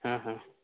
ହଁ ହଁ